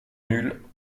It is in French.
nulle